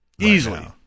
Easily